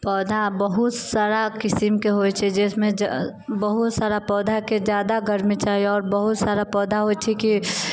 पौधा बहुत सारा किस्मके होइत छै जाहिमे बहुत सारा पौधाके जादा गरमी चाही आओर बहुत सारा पौधा होइत छै कि